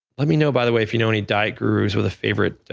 let me know, by the way, if you know any diet gurus with a favorite